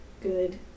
Good